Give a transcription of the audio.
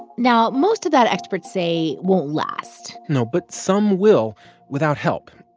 now, most of that, experts say, won't last no, but some will without help